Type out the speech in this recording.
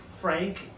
Frank